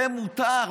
זה מותר.